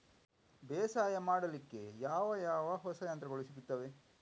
ಬೇಸಾಯ ಮಾಡಲಿಕ್ಕೆ ಯಾವ ಯಾವ ಹೊಸ ಯಂತ್ರಗಳು ಸಿಗುತ್ತವೆ?